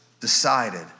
decided